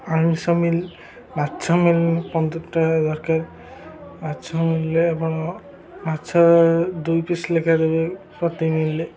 ଆମିଷ ମିଲ୍ ମାଛ ମିଲ୍ ପନ୍ଦରଟା ଦରକାର ମାଛ ମିଲିଲେ ଆପଣ ମାଛ ଦୁଇ ପିସ୍ ଲେଖା ଦେବେ ପ୍ରତି ମିଲ୍ର